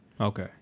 Okay